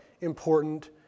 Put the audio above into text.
important